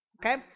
Okay